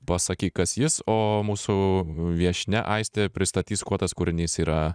pasakyk kas jis o mūsų viešnia aistė pristatys kuo tas kūrinys yra